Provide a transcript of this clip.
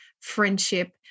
friendship